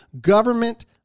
government